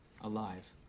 alive